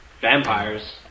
Vampires